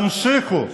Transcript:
תמשיכו.